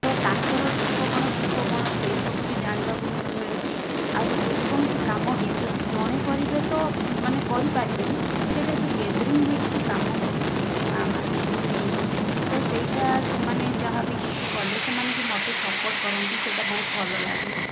ତ ତାଙ୍କର ଦୁଃଖ କଣ ସୁଖ କଣ ସେଇ ସବୁ ବି ଜାଣିବାକୁ ମିଳୁଛି ଆହୁରି ଯେକୌଣସି କାମ ବି ଯଦି ଜଣେ କରିବେ ତ ମାନେ କରିପାରିବେନି ସେଇଟା ଯେଉଁ ଗ୍ୟାଦରିଙ୍ଗ ହୋଇକରି ଯେଉଁ କାମ କରୁଛନ୍ତି ମା'ମାନଙ୍କୁ ନେଇକି ତ ସେଇଟା ସେମାନେ ଯାହାବି କିଛି କଲେ ସେମାନେ ବି ମୋତେ ସପୋର୍ଟ କରନ୍ତି ସେଇଟା ବହୁତ ଭଲ ଲାଗେ